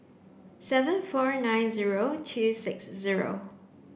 seven four nine zero two six zero